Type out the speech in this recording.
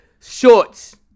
shorts